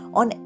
on